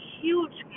huge